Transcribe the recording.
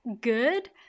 good